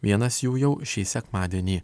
vienas jų jau šį sekmadienį